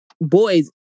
boys